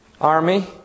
army